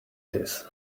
this